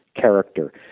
character